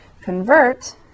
convert